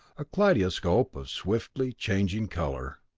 a kaleidoscope of swiftly changing color.